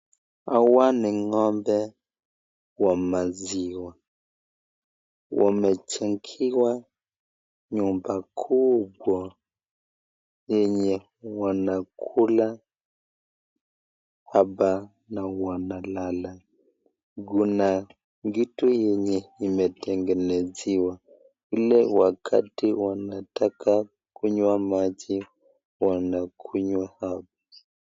Hawa ni ng'ombe wa maziwa. Wamejengewa nyumba kubwa yenye wanakula hapa na wanalala. Kuna kitu yenye imetengenezewa ili wakati wanataka kunywa maji wanakunywa hapa.